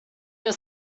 your